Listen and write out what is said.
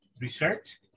research